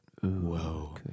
Whoa